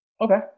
Okay